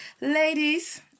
ladies